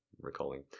recalling